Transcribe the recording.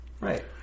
Right